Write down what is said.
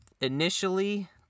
initially